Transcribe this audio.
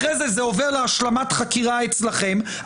אחרי זה עובר להשלמת חקירה אצלכם.